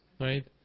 right